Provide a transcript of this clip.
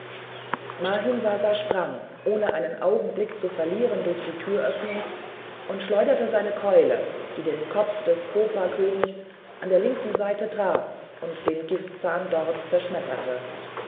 mahimsasa sprang ohne einen augenblick zu verlieren durch die türöffnung und schleuderte seine keule die den kopf des kobrakönigs an der linken seite traf und den giftzahn dort zerschmetterte